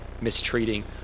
mistreating